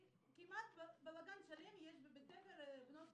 יש בלגן שלם בבית הספר הזה.